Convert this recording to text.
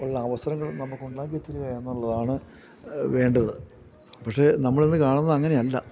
ഉള്ള അവസരങ്ങൾ നമുക്കുണ്ടാക്കിത്തരിക എന്നുള്ളതാണ് വേണ്ടത് പക്ഷെ നമ്മളിന്ന് കാണുന്നത് അങ്ങനെയല്ല